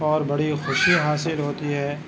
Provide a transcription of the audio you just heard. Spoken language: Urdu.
اور بڑی خوشی حاصل ہوتی ہے